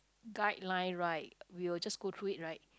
guideline right we will just go through it right